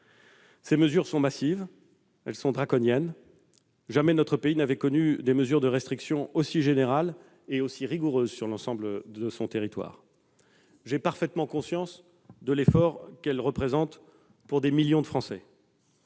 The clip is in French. Ces mesures sont massives, draconiennes ; jamais notre pays n'avait connu des mesures de restriction aussi générales et rigoureuses sur l'ensemble de son territoire. J'ai parfaitement conscience de l'effort qu'elles représentent pour des millions de Français.